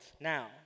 now